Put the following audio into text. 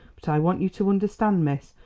but i want you to understand, miss,